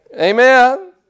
Amen